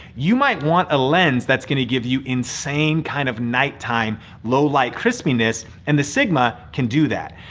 you might want a lens that's gonna give you insane kind of nighttime low light crispiness, and the sigma can do that.